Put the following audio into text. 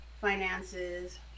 finances